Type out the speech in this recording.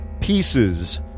Pieces